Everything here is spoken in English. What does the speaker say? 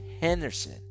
henderson